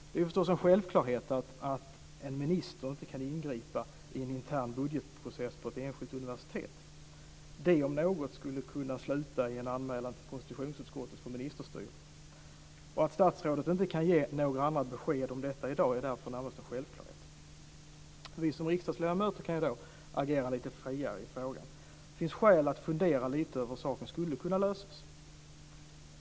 Det är förstås en självklarhet att en minister inte kan ingripa i en intern budgetprocess på ett universitet. Det om något skulle kunna sluta i en anmälan till konstitutionsutskottet för ministerstyre. Att statsrådet inte kan ge något annat besked om detta i dag är därför närmast en självklarhet. Vi som riksdagsledamöter kan dock agera lite friare i frågan. Det finns skäl att fundera över hur saken skulle kunna lösas.